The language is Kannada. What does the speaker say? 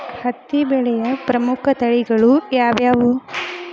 ಹತ್ತಿ ಬೆಳೆಯ ಪ್ರಮುಖ ತಳಿಗಳು ಯಾವ್ಯಾವು?